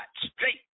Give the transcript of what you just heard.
straight